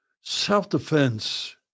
self-defense